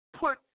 Put